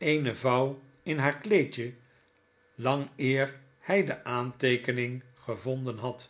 eene vouw in haar kleedje lang eer hy de aanteekening gevonden had